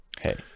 Hey